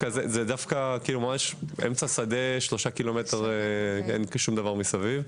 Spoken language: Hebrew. הוא נמצא באמצע שדה, אין שום דבר כ-3 ק"מ מסביב.